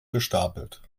gestapelt